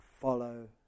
follow